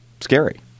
scary